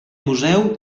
museu